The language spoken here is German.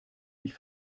mich